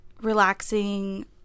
relaxing